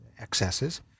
excesses